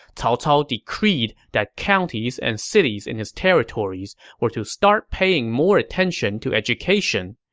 cao cao decreed that counties and cities in his territories were to start paying more attention to education.